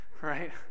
right